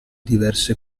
diverse